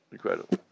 Incredible